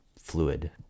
fluid